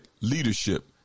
leadership